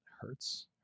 hurts